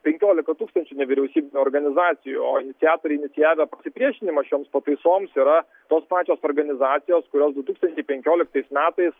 penkiolika tūkstančių nevyriausybinių organizacijų o iniciatoriai inicijavę pasipriešinimą šioms pataisoms yra tos pačios organizacijos kurios du tūkstančiai penkioliktais metais